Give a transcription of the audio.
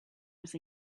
was